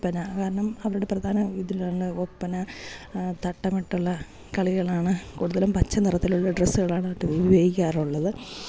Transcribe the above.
ഒപ്പന കാരണം അവരുടെ പ്രധാന ഇതിലാണ് ഒപ്പന തട്ടമിട്ടുള്ള കളികളാണ് കൂടുതലും പച്ച നിറത്തിലുള്ള ഡ്രസ്സുകളാണ് അത് ഉപയോഗിക്കാറുള്ളത്